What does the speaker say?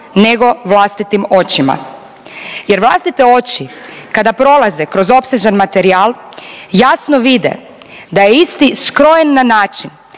nego vlastitim očima. Jer vlastite oči kada prolaze kroz opsežan materijal jasno vide da je isti skrojen na način